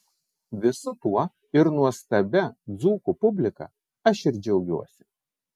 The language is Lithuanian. visu tuo ir nuostabia dzūkų publika aš ir džiaugiuosi